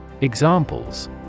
Examples